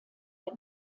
der